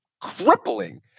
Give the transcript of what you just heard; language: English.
Crippling